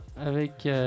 avec